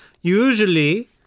usually